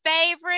favorite